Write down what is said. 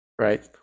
Right